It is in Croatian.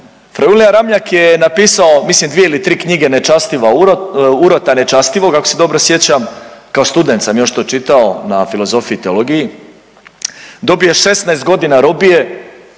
Fra Julija Ramljak je napisao mislim dvije ili tri knjige, Nečestiva urota, Urota nečastivog ako se dobro sjećam, kao student sam to još čitao na filozofiji i teologiji, dobije 16 godina robije